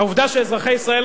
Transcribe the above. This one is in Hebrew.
העובדה שאזרחי ישראל,